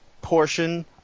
Portion